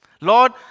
Lord